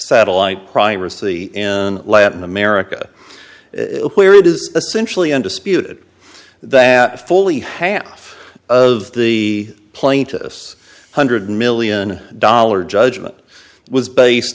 satellite primacy in latin america where it is essentially undisputed that fully half of the plaintiffs hundred million dollar judgment was based